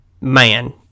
man